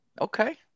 Okay